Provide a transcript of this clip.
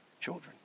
children